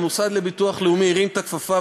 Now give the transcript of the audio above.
המוסד לביטוח לאומי הרים את הכפפה,